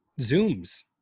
Zooms